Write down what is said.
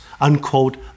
unquote